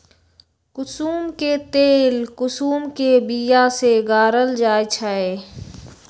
कुशुम के तेल कुशुम के बिया से गारल जाइ छइ